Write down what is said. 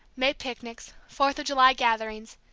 may picnics, fourth of july gatherings.